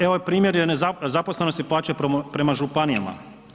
Evo, primjer je zaposlenosti plaće prema županijama.